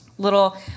little